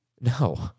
No